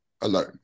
alone